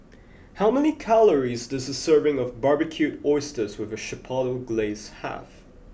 how many calories does a serving of Barbecued Oysters with Chipotle Glaze have